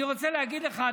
אני רוצה להגיד לך,